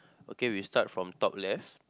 okay we start from top left